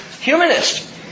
humanist